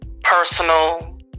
personal